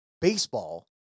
baseball